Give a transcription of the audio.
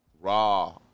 raw